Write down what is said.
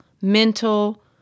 mental